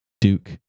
Duke